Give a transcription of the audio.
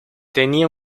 tenía